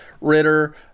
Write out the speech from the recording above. Ritter